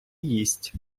їсть